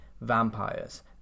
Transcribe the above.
vampires